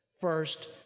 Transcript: first